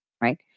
right